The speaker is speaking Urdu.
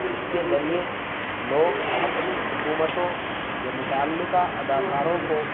اس کے ذریعے لوگ اپنی حکومتوں یا متعلقہ اداکاروں کو